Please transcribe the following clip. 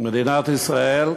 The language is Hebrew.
מדינת ישראל,